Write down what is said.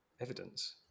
evidence